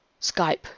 Skype